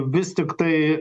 vis tiktai